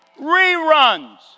Reruns